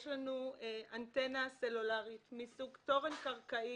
יש לנו אנטנה סלולרית מסוג תורן קרקעי